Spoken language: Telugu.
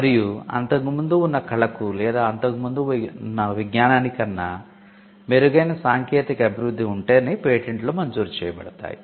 మరియు అంతకు ముందు ఉన్న కళకు లేదా అంతకు ముందు ఉన్న విజ్ఞానానికన్నా మెరుగైన సాంకేతిక అభివృద్ది ఉంటేనే పేటెంట్లు మంజూరు చేయబడతాయి